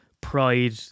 pride